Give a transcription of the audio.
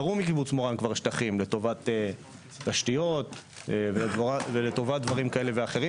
גרעו מקיבוץ מורן כבר שטחים לטובת תשתיות ולטובת דברים כאלה ואחרים,